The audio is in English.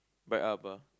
bright up ah